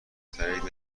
تأیید